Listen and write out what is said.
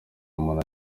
umuntu